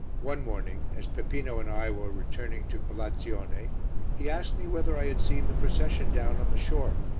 one morning, as peppino and i were returning to colazione he asked me whether i had seen the procession down on the shore.